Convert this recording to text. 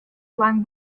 lang